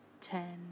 ten